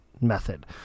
method